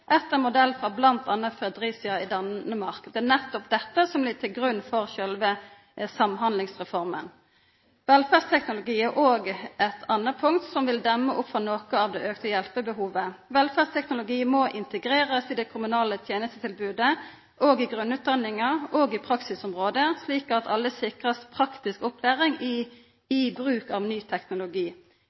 modell frå bl.a. Fredericia i Danmark – viktig. Det er nettopp dette som ligg til grunn for sjølve Samhandlingsreforma. Velferdsteknologi er eit anna punkt som vil demma opp for noko av det auka velferdsbehovet. Velferdsteknologi må integrerast i det kommunale tenestetilbodet, i grunnutdanninga og i praksisområdet, slik at alle blir sikra praktisk opplæring i bruk av ny teknologi.